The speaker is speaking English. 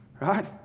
Right